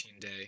day